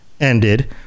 ended